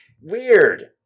Weird